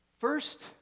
First